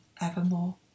evermore